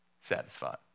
satisfied